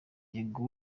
yego